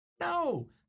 No